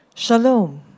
Shalom